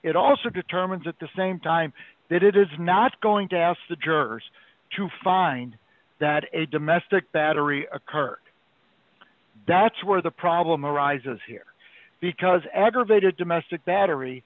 it also determines at the same time that it is not going to ask the jurors to find that a domestic battery occurred that's where the problem arises here because aggravated domestic battery